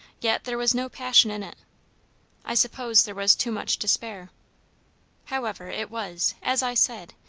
yet there was no passion in it i suppose there was too much despair however, it was, as i said,